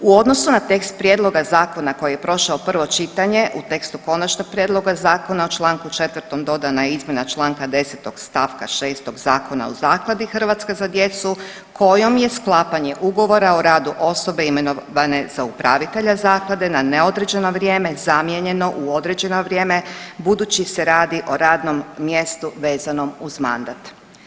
U odnosu na tekst prijedloga zakona koji je prošao prvo čitanje u tekstu konačnog prijedloga zakona u čl. 4. dodana je izmjena čl. 10. st. 6. Zakona o Zakladi „Hrvatska za djecu“ kojom je sklapanje ugovora o radu osobe imenovane za upravitelja zaklade na neodređeno vrijeme zamijenjeno u određeno vrijeme budući se radi o radnom mjestu vezanom uz mandat.